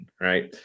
right